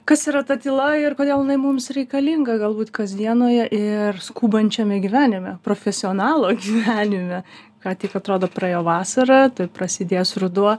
kas yra ta tyla ir kodėl jinai mums reikalinga galbūt kasdienoje ir skubančiame gyvenime profesionalo gyvenime ką tik atrodo praėjo vasara tuoj prasidės ruduo